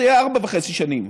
זה יהיה 4.5 שנים,